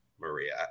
Maria